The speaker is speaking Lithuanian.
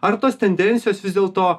ar tos tendencijos vis dėlto